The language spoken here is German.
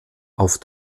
auf